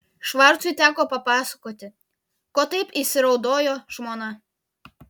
švarcui teko papasakoti ko taip įsiraudojo žmona